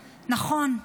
נכון,